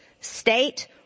state